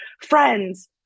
friends